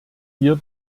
wir